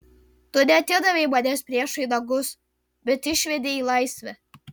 tu neatidavei manęs priešui į nagus bet išvedei į laisvę